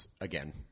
again